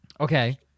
Okay